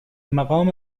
مقام